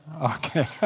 okay